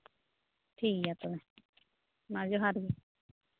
ᱴᱷᱤᱠᱜᱮᱭᱟ ᱛᱚᱵᱮ ᱢᱟ ᱡᱚᱦᱟᱨ ᱜᱮ